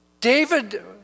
David